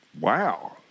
Wow